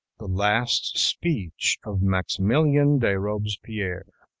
the last speech of maximilian de robespierre